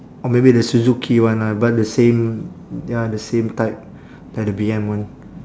or maybe the suzuki one ah but the same ya the same type like the B_M one